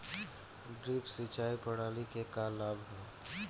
Drip सिंचाई प्रणाली के का लाभ ह?